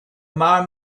man